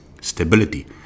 Stability